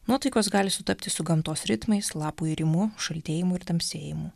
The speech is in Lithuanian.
nuotaikos gali sutapti su gamtos ritmais lapų irimu šaltėjimu ir tamsėjimu